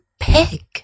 pig